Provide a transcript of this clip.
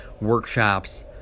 workshops